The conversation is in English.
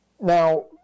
Now